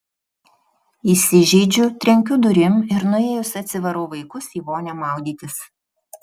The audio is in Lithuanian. įsižeidžiu trenkiu durim ir nuėjus atsivarau vaikus į vonią maudytis